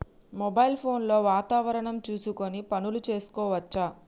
Mobile phone లో వాతావరణం చూసుకొని పనులు చేసుకోవచ్చా?